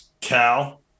cal